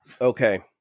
Okay